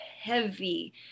heavy